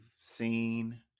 seen